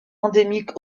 endémiques